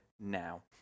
now